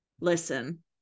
Listen